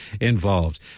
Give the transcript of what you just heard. involved